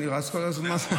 אני רץ כל הזמן.